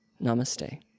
Namaste